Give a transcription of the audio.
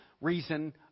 reason